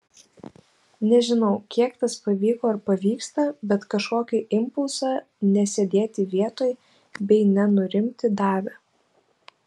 nežinau kiek tas pavyko ar pavyksta bet kažkokį impulsą nesėdėti vietoj bei nenurimti davė